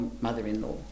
mother-in-law